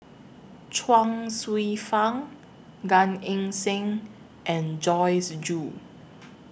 Chuang Hsueh Fang Gan Eng Seng and Joyce Jue